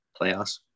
Playoffs